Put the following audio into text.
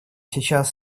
сейчас